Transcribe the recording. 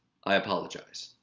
i apologize.